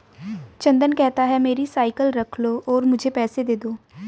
चंदन कहता है, मेरी साइकिल रख लो और मुझे पैसे दे दो